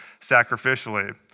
sacrificially